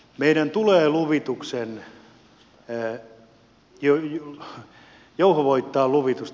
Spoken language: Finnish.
meidän tulee jouhevoittaa luvitusta